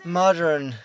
modern